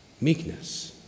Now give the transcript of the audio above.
meekness